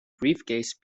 briefcase